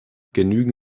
genügen